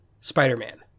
Spider-Man